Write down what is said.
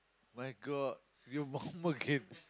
my-God your mum again